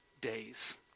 days